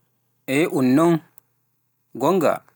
Eey ɗum non goonga.